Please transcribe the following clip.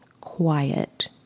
quiet